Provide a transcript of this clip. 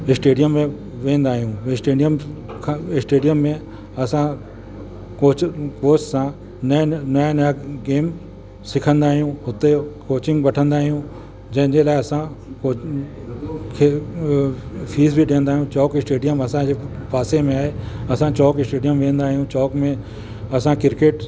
stadium में वेंदा आहियूं स्टेडियम खां स्टेडियम में असां कोच कोच सां न नयां नयां गेम सिखंदा आहियूं हुते कोचिंग वठंदा आहियूं जंहिंजे लाइ असां फ़ीस बि ॾींदा आहियूं चौक स्टेडियम असांजे पासे में आहे असां चौक स्टेडियम वेंदा आहियूं चौक में असां क्रिकेट